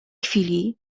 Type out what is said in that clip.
chwili